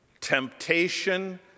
Temptation